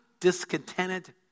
discontented